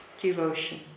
devotion